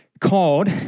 called